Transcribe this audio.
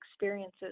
experiences